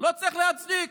לא צריך להצדיק.